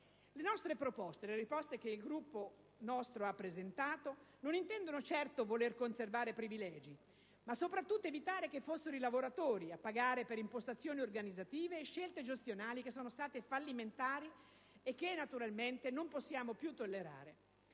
provvedere. Le proposte che il nostro Gruppo ha presentato non intendevano certo voler conservare privilegi, ma soprattutto evitare che fossero i lavoratori a pagare per impostazioni organizzative e scelte gestionali che sono state fallimentari e che naturalmente non possiamo più tollerare.